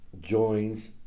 joins